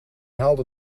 haalde